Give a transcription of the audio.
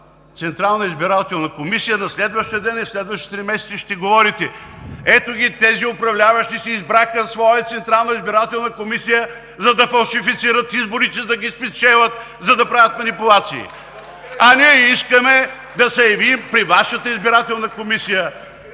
Централна избирателна комисия, на следващия ден и в следващите три месеца ще говорите: ето ги тези управляващи си избраха своя Централна избирателна комисия, за да фалшифицират изборите, да ги спечелят, за да правят манипулации. А ние искаме да се явим при Вашата Избирателна комисия